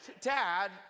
Dad